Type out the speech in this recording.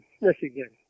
Michigan